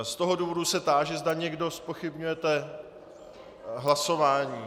Z toho důvodu se táži, zda někdo zpochybňujete hlasování.